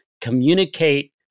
communicate